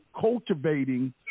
cultivating